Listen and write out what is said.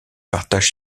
partage